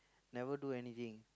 never do anything